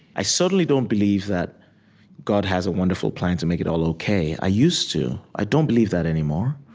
i certainly don't believe that god has a wonderful plan to make it all ok. i used to. i don't believe that anymore.